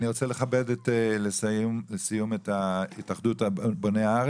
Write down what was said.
אני רוצה לכבד את התאחדות בוני הארץ,